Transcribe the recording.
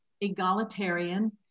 egalitarian